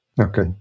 Okay